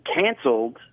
canceled